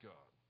God